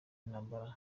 intambara